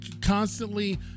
constantly